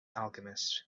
alchemist